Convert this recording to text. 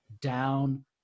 down